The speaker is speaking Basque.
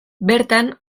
bertan